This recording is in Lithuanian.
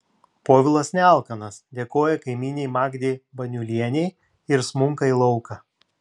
povilas nealkanas dėkoja kaimynei magdei baniulienei ir smunka į lauką